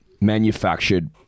manufactured